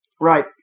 Right